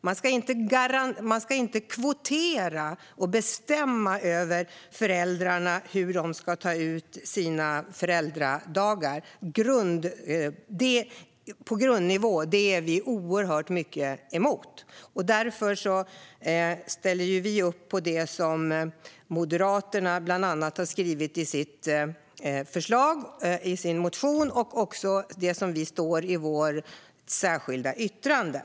Man ska inte kvotera och bestämma över hur föräldrar ska ta ut föräldradagarna på grundnivå. Det är vi starkt emot. Därför ställer vi oss bakom det som bland annat Moderaterna har skrivit i sin motion. Detta står även i vårt särskilda yttrande.